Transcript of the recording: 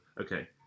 okay